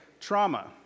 trauma